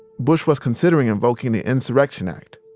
bush was considering invoking the insurrection act,